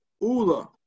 Ula